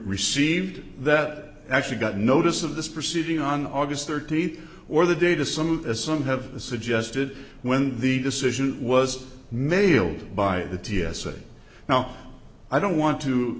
received that actually got notice of this proceeding on august thirteenth or the data some as some have suggested when the decision was made by the t s a now i don't want to